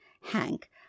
Hank